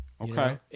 Okay